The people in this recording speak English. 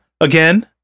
again